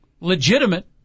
legitimate